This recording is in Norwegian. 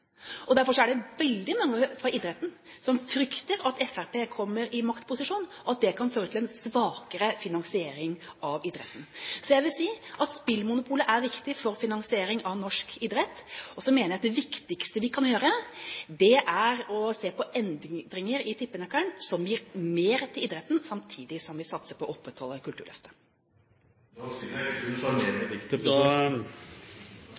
Derfor er det veldig mange fra idretten som frykter at Fremskrittspartiet kommer i maktposisjon, og at det kan føre til en svakere finansiering av idretten. Så jeg vil si at spillmonopolet er viktig for finansiering av norsk idrett. Så mener jeg at det viktigste vi kan gjøre, er å se på endringer i tippenøkkelen, som gir mer til idretten samtidig som vi satser på å opprettholde Kulturløftet.